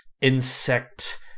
insect